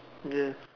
ya